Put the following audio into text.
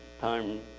time